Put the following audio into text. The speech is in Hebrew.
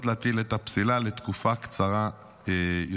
להטיל את הפסילה לתקופה קצרה יותר.